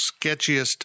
sketchiest